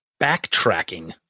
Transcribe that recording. backtracking